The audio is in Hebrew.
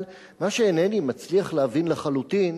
אבל מה שאינני מצליח להבין לחלוטין